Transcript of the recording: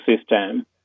system